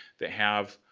that have